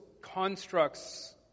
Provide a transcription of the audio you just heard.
constructs